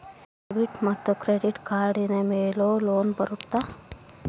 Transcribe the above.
Debit ಮತ್ತು credit ಕಾರ್ಡಿನ ಮೇಲೆ ಲೋನ್ ಬರುತ್ತಾ?